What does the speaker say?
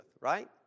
right